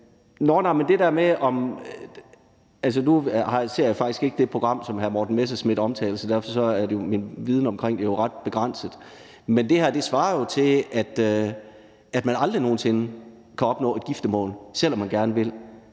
må man konstatere. Nu ser jeg faktisk ikke det program, som hr. Morten Messerschmidt omtalte, så derfor er min viden omkring det ret begrænset. Men det her svarer jo til, at man aldrig nogen sinde kan opnå et giftermål, selv om man gerne vil.